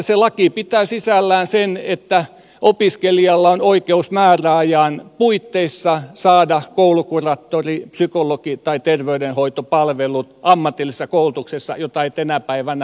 se laki pitää sisällään muun muassa sen että opiskelijalla on oikeus määräajan puitteissa saada ammatillisessa koulutuksessa koulukuraattori psykologi tai terveydenhoitopalvelut joita ei tänä päivänä ole